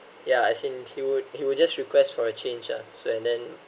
yeah as in he would he would just request for a change ah so and then